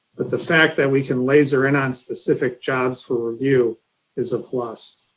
but the fact that we can laser in on specific jobs for review is a plus.